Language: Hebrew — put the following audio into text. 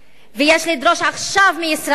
ויש לדרוש עכשיו מישראל,